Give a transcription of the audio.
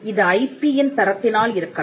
இது ஐபி யின் தரத்தினால் இருக்கலாம்